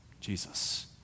Jesus